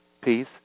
peace